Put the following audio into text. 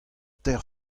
teir